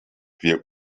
wir